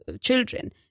children